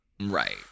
right